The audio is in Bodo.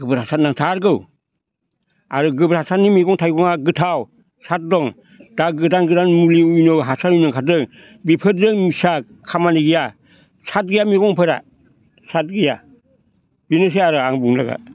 गोबोर हासार नांथारगौ आरो गोबोर हासारनि मैगं थाइगंआ गोथाव साद दं दा गोदान गोदान मुलि इउरिया हासार ओंखारदों बिफोरजों मिसा खामानि गैया साद गैया मैगंफोरा साद गैया बिनोसै आरो आंनि बुंनो लागा